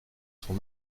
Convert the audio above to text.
son